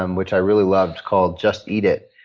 um which i really loved, called just eat it,